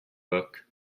book